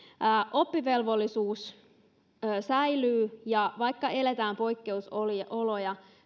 oppivelvollisuus säilyy ja vaikka eletään poikkeusoloja